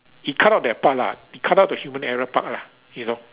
it cut out that part lah it cut out the human error part ah you know